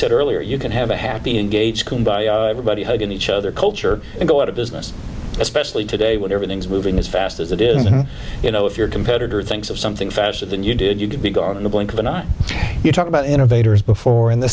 said earlier you can have a happy engaged everybody who did each other culture and go out of business especially today when everything's moving as fast as it is and you know if your competitor thinks of something faster than you did you'd be gone in the blink of an eye you talk about innovators before in the